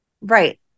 right